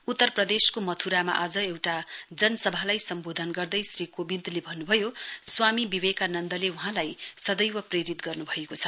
उत्तर प्रदेश को मथुरामा आज एउटा जनसभालाई सम्वोधन गर्दै श्री कोविन्दले भन्नुभयो स्वामी विवेकानन्दले वहाँलाई सदैव प्रेरित गर्नुभएको छ